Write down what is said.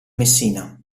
messina